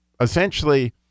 essentially